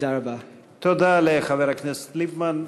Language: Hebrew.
תודה לחבר הכנסת ליפמן.